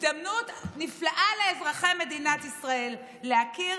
הזדמנות נפלאה לאזרחי מדינת ישראל להכיר,